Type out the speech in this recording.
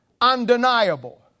undeniable